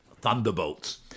Thunderbolts